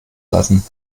lassen